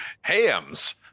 Ham's